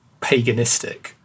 paganistic